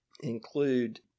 include